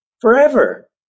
forever